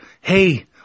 hey